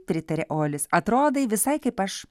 pritarė olis atrodai visai kaip aš